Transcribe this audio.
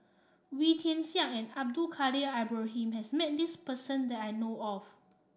Wee Tian Siak and Abdul Kadir Ibrahim has met this person that I know of